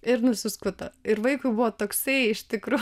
ir nusiskuto ir vaikui buvo toksai iš tikro